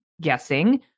guessing